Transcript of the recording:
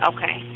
Okay